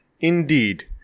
Indeed